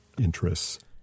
interests